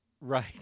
Right